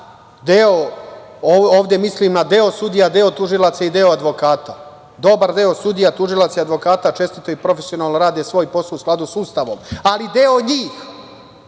ovde mislim na deo sudija i na deo tužilaca i deo advokata, dobar deo sudija, tužilaca i advokata, čestito i profesionalno rade svoj posao u skladu sa Ustavom, ali deo njih